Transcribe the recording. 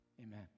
Amen